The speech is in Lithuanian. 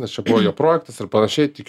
nes čia buvo jo projektas ir panašiai